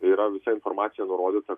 yra visa informacija nurodyta